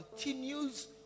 continues